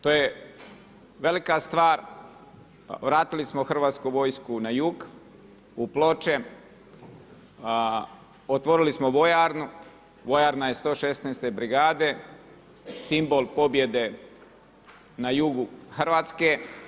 To je velika stvar, vratili smo hrvatsku vojsku na jug u Ploče, otvorili smo vojarnu, vojarna je 116. brigade, simbol pobjede na jugu Hrvatske.